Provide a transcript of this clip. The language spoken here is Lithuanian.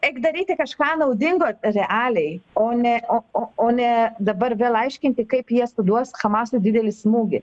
eik daryti kažką naudingo realiai o ne o o ne dabar vėl aiškinti kaip jie suduos hamasui didelį smūgį